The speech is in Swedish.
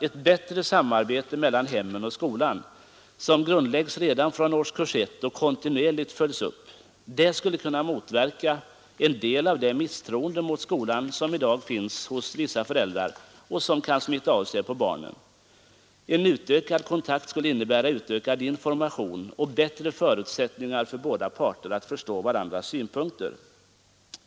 Ett bättre samarbete mellan hemmen och skolan, som grundläggs redan från årskurs 1 och kontinuerligt följs upp, skulle kunna motverka det misstroende mot skolan som i dag finns hos vissa föräldrar och som kan smitta av sig på barnen. En utökad kontakt innebär utökad information och bättre förutsättningar för båda parter att förstå varandras synpunkter.